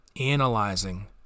analyzing